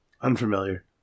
unfamiliar